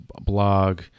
blog